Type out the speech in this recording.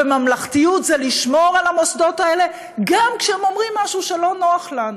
וממלכתיות היא לשמור על המוסדות האלה גם כשהם אומרים משהו שלא נוח לנו.